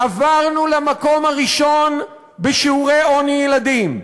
עברנו למקום הראשון בשיעורי עוני של ילדים.